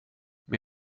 men